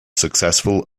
successful